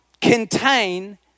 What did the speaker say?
contain